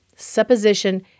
supposition